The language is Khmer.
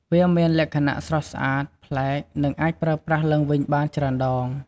វាមានលក្ខណៈស្រស់ស្អាត ប្លែក និងអាចប្រើប្រាស់ឡើងវិញបានច្រើនដង។